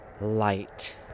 light